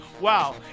Wow